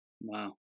Wow